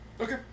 Okay